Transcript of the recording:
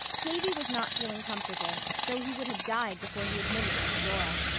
davy was not feeling comfortable, though he would have died before he admitted it to dora.